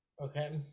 Okay